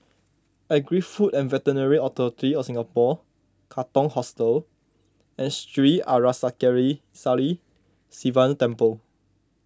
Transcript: Agri Food and Veterinary Authority of Singapore Katong Hostel and Sri Arasakesari Sivan Temple